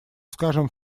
скажем